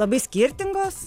labai skirtingos